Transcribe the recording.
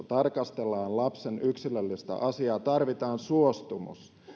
tarkastellaan lapsen yksilöllistä asiaa tarvitaan suostumus